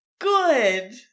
good